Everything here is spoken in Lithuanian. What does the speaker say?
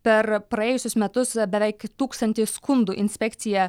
per praėjusius metus beveik tūkstantį skundų inspekcija